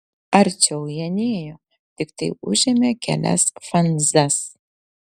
arčiau jie nėjo tiktai užėmė kelias fanzas